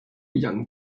young